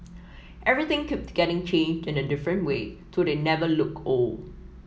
everything keeps getting changed in a different way so they never look old